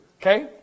Okay